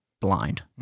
blind